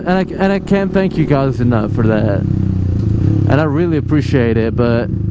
and like and i can't thank you guys enough for that and i really appreciate it but